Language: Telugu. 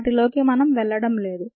వాటిలోకి మనం వెళ్లడం లేదు